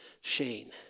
Shane